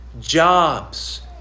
jobs